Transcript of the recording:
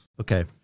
okay